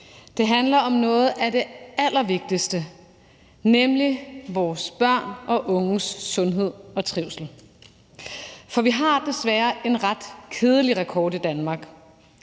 Det handler om noget af det allervigtigste, nemlig vores børn og unges sundhed og trivsel. For vi har desværre en ret kedelig rekord i Danmark.